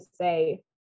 say